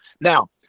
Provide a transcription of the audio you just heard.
Now